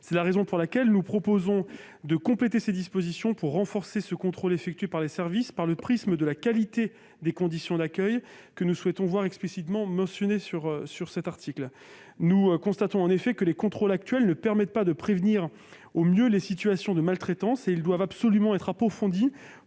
cette raison, nous proposons de compléter ces dispositions pour renforcer le contrôle effectué par les services à travers le prisme de la qualité des conditions d'accueil que nous souhaitons voir explicitement mentionnée dans cet article. Nous constatons en effet que les contrôles actuels ne permettent pas de prévenir au mieux les situations de maltraitance et doivent absolument être approfondis